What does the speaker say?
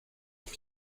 auf